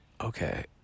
Okay